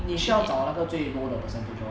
你需要找那个最 low 的 percentage lor